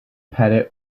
pettit